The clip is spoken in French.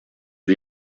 lui